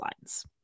lines